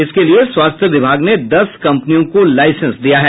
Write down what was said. इसके लिये स्वास्थ्य विभाग ने दस कंपनियों को लाइसेंस दिया है